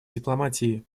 дипломатии